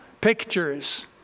pictures